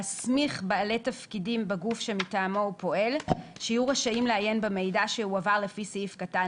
(6)הגבלות לעניין בעלי התפקידים שניתן להסמיך לפי סעיף קטן